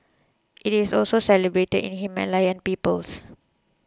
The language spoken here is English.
it is also celebrated in Himalayan peoples